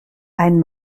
ein